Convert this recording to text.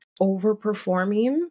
overperforming